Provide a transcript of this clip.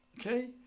Okay